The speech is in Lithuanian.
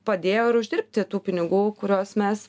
padėjo ir uždirbti tų pinigų kuriuos mes